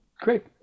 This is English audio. Great